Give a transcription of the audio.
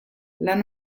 lan